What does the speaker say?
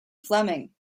fleming